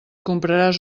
compraràs